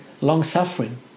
long-suffering